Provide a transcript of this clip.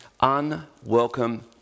Unwelcome